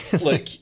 look